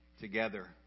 together